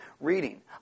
reading